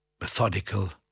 methodical